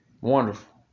Wonderful